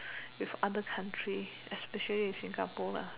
with other countries especially with Singapore